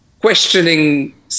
questioning